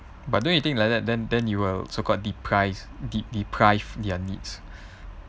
but don't you think like that then then you will so called the deprive de~ deprive their needs